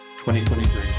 2023